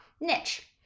niche